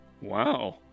wow